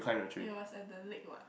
it was at the lake what